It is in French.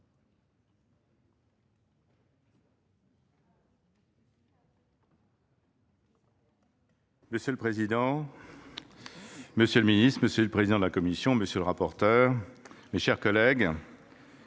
Monsieur le président, monsieur le ministre, monsieur le président de la commission, monsieur le rapporteur, mes chers collègues,